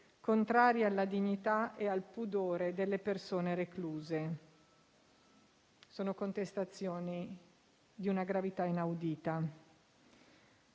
contrarie alla dignità e al pudore delle persone recluse. Si tratta di contestazioni di una gravità inaudita.